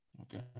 Okay